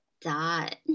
Dot